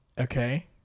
Okay